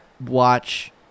watch